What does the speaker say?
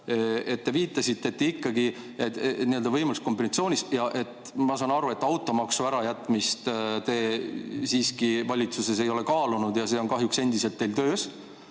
Te viitasite, et ikkagi on võimalus kombinatsiooniks, aga ma saan aru, et automaksu ärajätmist te siiski valitsuses ei ole kaalunud ja see on teil kahjuks endiselt töös.